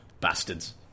bastards